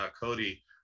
Cody